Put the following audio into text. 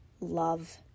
love